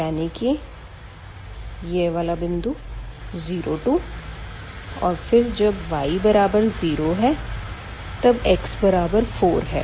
यानी कि यह वाला बिंदु 02 और फिर जब y बराबर 0 है तब x बराबर 4 है